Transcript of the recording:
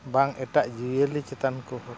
ᱵᱟᱝ ᱮᱴᱟᱜ ᱡᱤᱭᱟᱹᱞᱤ ᱪᱮᱛᱟᱱ ᱠᱚᱦᱚᱸ